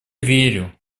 верю